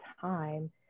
time